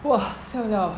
!wah! siao liao